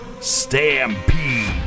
stampede